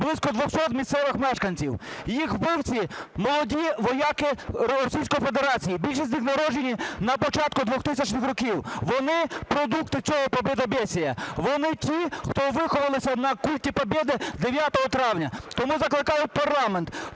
близько 200 місцевих мешканців. Їх вбивці – молоді вояки Російської Федерації, більшість з них народжені на початку 2000-х років. Вони – продукти цього побєдобєсія, вони – ті, хто виховалися на культі победы 9 травня. Тому закликаю парламент